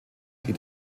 die